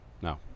No